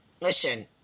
listen